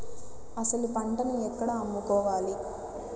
అసలు పంటను ఎక్కడ అమ్ముకోవాలి?